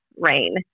rain